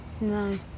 No